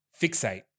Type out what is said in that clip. fixate